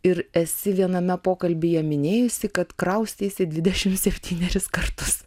ir esi viename pokalbyje minėjusi kad krausteisi dvidešimt septynerius kartus